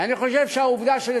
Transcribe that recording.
ואני חושב שהעובדה שפגעו,